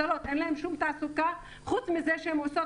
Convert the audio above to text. אין להן שום תעסוקה חוץ מזה שהן עושות